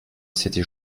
c’était